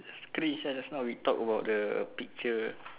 screen inside just now we talk about the picture